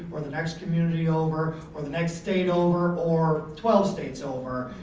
or the next community over, or the next state over, or twelve states over.